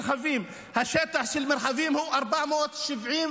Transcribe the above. השטח של מרחבים הוא 475,000,